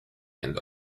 and